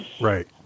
right